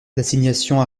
l’assignation